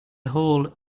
hole